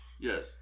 Yes